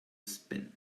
spin